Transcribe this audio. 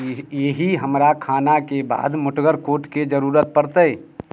की एहि हमरा खानाके बाद मोटगर कोटके जरूरत पड़तै